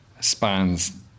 spans